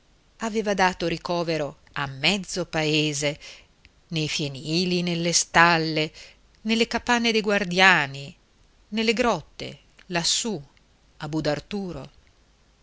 aveva dato ricovero a mezzo paese nei fienili nelle stalle nelle capanne dei guardiani nelle grotte lassù a budarturo